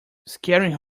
scaring